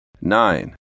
Nine